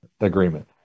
Agreement